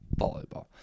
Volleyball